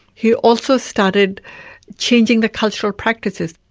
he also started changing the cultural practices,